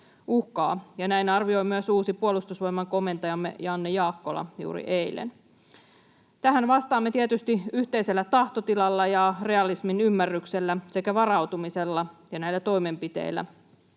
näin arvioi myös uusi Puolustusvoimain komentajamme Janne Jaakkola juuri eilen. Tähän vastaamme tietysti yhteisellä tahtotilalla ja realismin ymmärryksellä sekä varautumisella ja näillä toimenpiteillä